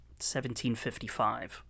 1755